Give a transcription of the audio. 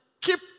keep